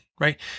Right